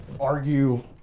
argue